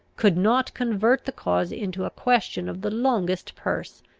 could not convert the cause into a question of the longest purse,